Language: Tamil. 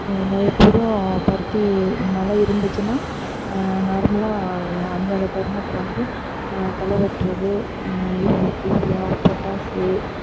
நான் எப்போதும் பருத்தி மழை இருந்துச்சுன்னா நார்மலாக அந்தந்த தருணத்தில் வந்து களை வெட்டுறது யூ யூரியா பொட்டாஸு